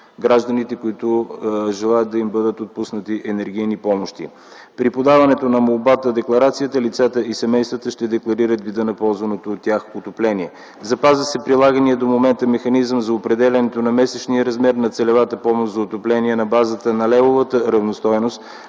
гражданите, които желаят да им бъдат отпуснати енергийни помощи. При подаването на молбата-декларация лицата и семействата ще декларират вида на ползваното от тях отопление. Запазва се прилаганият до момента механизъм за определянето на месечния размер на целевата помощ за отопление на базата на левовата равностойност